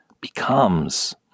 becomes